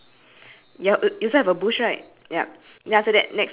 and then one is fac~ both are facing the court and then